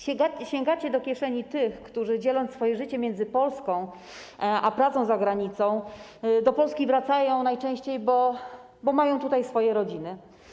Sięgacie do kieszeni tych, którzy, dzieląc swoje życie między Polskę a pracę za granicą, do Polski wracają najczęściej, bo mają tutaj swoje rodziny.